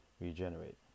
regenerate